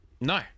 No